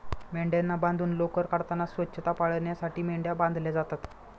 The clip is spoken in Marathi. मेंढ्यांना बांधून लोकर काढताना स्वच्छता पाळण्यासाठी मेंढ्या बांधल्या जातात